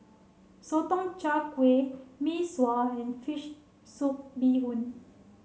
Sotong Char Kway Mee Sua and fish soup bee hoon